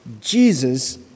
Jesus